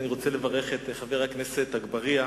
ראשית אני רוצה לברך את חבר הכנסת אגבאריה,